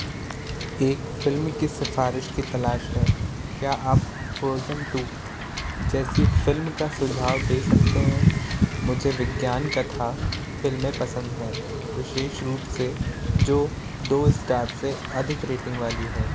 एक फ़िल्म की सिफ़ारिश की तलाश है क्या आप फ्रोज़न टू जैसी फ़िल्म का सुझाव दे सकते हैं मुझे विज्ञान कथा फ़िल्में पसंद हैं विशेष रूप से जो दो इस्टार से अधिक रेटिंग वाली हैं